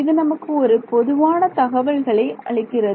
இது நமக்கு ஒரு பொதுவான தகவல்களை அளிக்கிறது